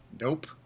Nope